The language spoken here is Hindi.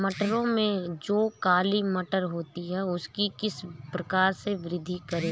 मटरों में जो काली मटर होती है उसकी किस प्रकार से वृद्धि करें?